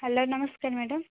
hello ନମସ୍ତେ madam